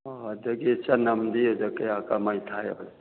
ꯍꯣꯏ ꯍꯣꯏ ꯑꯗꯒꯤ ꯆꯅꯝꯗꯤ ꯀꯌꯥ ꯀꯃꯥꯏꯅ ꯊꯥꯏ